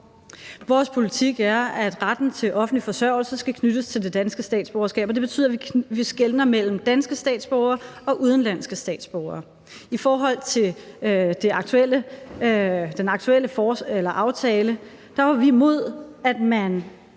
Vores politik er, at retten til offentlig forsørgelse skal knyttes til det danske statsborgerskab, og det betyder, at vi skelner mellem danske statsborgere og udenlandske statsborgere. I forhold til den aktuelle aftale var vi imod, at man